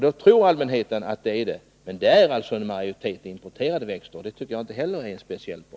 — Det är alltså till övervägande delen importerade växter, och det tycker jag inte heller är speciellt bra.